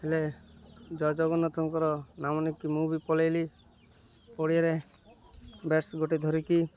ହେଲେ ଜୟଜଗନ୍ନାଥଙ୍କର ନାମ ନେଇକି ମୁଁ ବି ପଳେଇଲି ପଡ଼ିଆରେ ବ୍ୟାଟ୍ସ ଗୋଟେ ଧରିକି